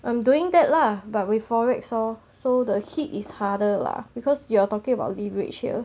I'm doing that lah but with forex oh so the heat is harder lah because you are talking about leverage here